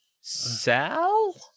Sal